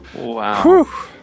Wow